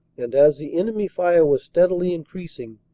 and, as the enemy fire was steadily increasing,